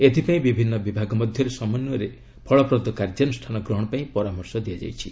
ଏଥିପାଇଁ ବିଭିନ୍ନ ବିଭାଗ ମଧ୍ୟରେ ସମନ୍ଧ୍ୟରେ ଫଳପ୍ରଦ କାର୍ଯ୍ୟାନୁଷ୍ଠାନ ଗ୍ରହଣ ପାଇଁ ପରାମର୍ଶ ଦିଆଯାଇଛି